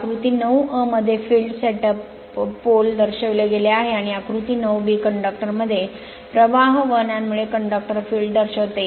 आकृती 9 अ मध्ये फील्ड सेट अप पोल दर्शविले गेले आहे आणि आकृती 9 b कंडक्टर मध्ये प्रवाह वहनांमुळे कंडक्टर फील्ड दर्शविते